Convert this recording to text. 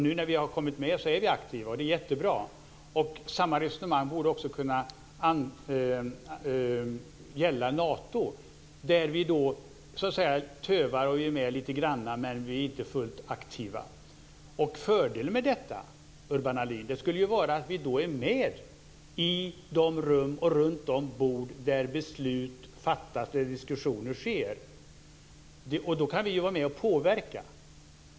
Nu när vi har kommit med är vi aktiva, och det är jättebra. Samma resonemang borde också kunna gälla Nato, där vi så att säga tövar och är med lite grann men inte är fullt aktiva. Fördelen med detta, Urban Ahlin, skulle vara att vi då är med i de rum och runt de bord där beslut fattas och diskussioner sker. Då kan vi vara med och påverka.